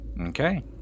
Okay